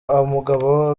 umugabo